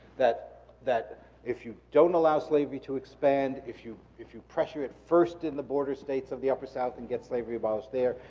that that if you don't allow slavery to expand, if you if you pressure it first in the border states of the upper south, and get slavery abolished there,